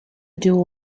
dual